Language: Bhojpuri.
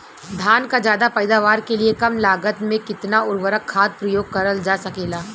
धान क ज्यादा पैदावार के लिए कम लागत में कितना उर्वरक खाद प्रयोग करल जा सकेला?